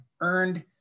earned